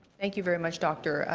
thank you very much, doctor.